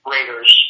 Raiders